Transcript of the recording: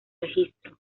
registro